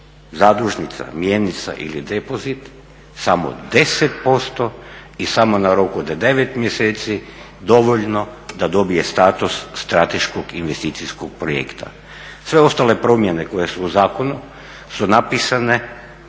zadužnica, mjenica ili depozit samo 10% i samo na rok od 9 mjeseci dovoljno da dobije status strateškog investicijskog projekta. Sve ostale promjene koje su u zakonu su napisane